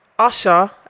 Usher